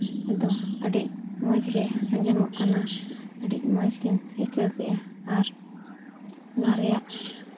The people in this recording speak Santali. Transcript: ᱫᱚ ᱟᱹᱰᱤ ᱢᱚᱡᱽ ᱜᱮ ᱟᱸᱡᱚᱢᱚᱜ ᱠᱟᱱᱟ ᱟᱹᱰᱤ ᱢᱚᱡᱽ ᱜᱤᱧ ᱟᱹᱭᱠᱟᱹᱣ ᱠᱮᱜᱼᱟ ᱟᱨ ᱚᱱᱟ ᱨᱮᱭᱟᱜ